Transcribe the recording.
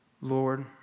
Lord